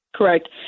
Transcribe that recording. Correct